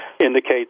indicate